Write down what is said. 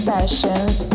Sessions